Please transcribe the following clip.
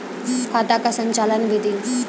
खाता का संचालन बिधि?